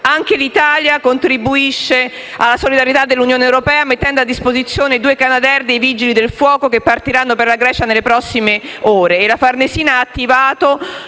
Anche l'Italia contribuisce alla solidarietà dell'Unione europea mettendo a disposizione due Canadair dei Vigili del fuoco che partiranno per la Grecia nelle prossime ore